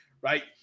right